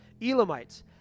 Elamites